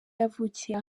yavukiye